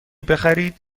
بخرید